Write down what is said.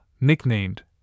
nicknamed